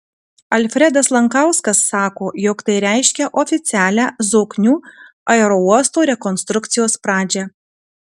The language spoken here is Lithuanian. alfredas lankauskas sako jog tai reiškia oficialią zoknių aerouosto rekonstrukcijos pradžią